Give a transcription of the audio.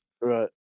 Right